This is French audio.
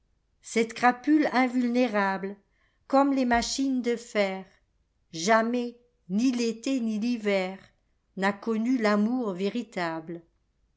cette crapule invulnérablecomme les machines de ferjamais ni l'été ni l'hiver n'a connu l'amour véritable